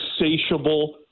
insatiable